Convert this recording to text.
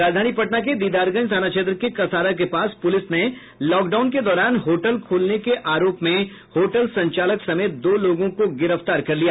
राजधानी पटना के दीदारगंज थाना क्षेत्र के कसारा के पास पुलिस ने लॉकडाउन के दौरान होटल खोलने के आरोप में होटल संचालक समेत दो लोगों को गिरफ्तार कर लिया